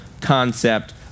concept